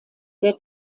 der